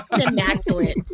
immaculate